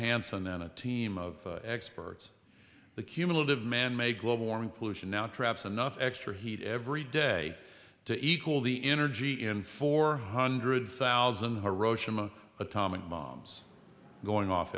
hansen then a team of experts the cumulative manmade global warming pollution now traps enough extra heat every day to equal the energy in four hundred thousand hiroshima atomic bombs going off